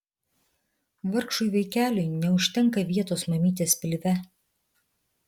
vargšui vaikeliui neužtenka vietos mamytės pilve